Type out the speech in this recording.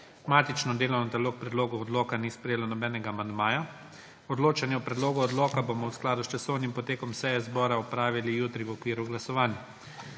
Matično delovno telo k predlogu odloka ni sprejelo nobenega amandmaja. Odločanje o predlogu odloka bomo v skladu s časovnim potekom seje zbora opravili jutri v okviru glasovanj.